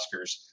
Oscars